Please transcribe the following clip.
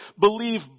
believe